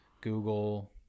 google